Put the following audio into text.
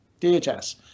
dhs